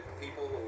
people